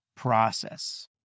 process